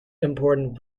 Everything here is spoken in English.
important